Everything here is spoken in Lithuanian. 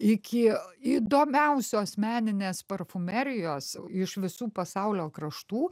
iki įdomiausios meninės parfumerijos iš visų pasaulio kraštų